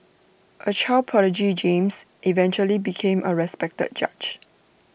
A child prodigy James eventually became A respected judge